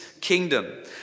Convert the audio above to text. kingdom